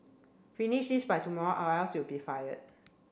finish this by tomorrow or else you'll be fired